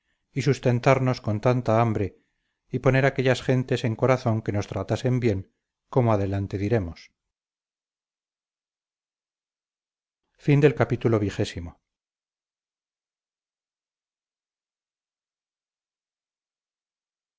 y sustentarnos con tanta hambre y poner aquellas gentes en corazón que nos tratasen bien como adelante diremos